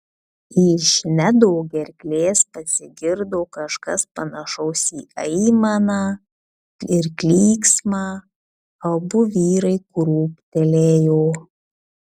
iš nedo gerklės pasigirdo kažkas panašaus į aimaną ir klyksmą abu vyrai krūptelėjo